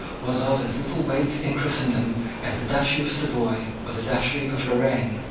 was of as little weight in christendom as the duchy of savoy or the duchy of lorraine,